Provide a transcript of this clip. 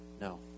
No